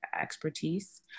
expertise